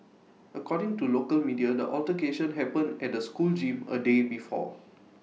according to local media the altercation happened at the school gym A day before